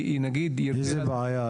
איזו בעיה?